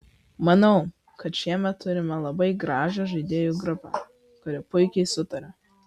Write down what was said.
manau kad šiemet turime labai gražią žaidėjų grupę kuri puikiai sutaria